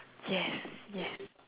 yes yes